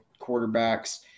quarterbacks